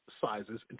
sizes